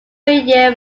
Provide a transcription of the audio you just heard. year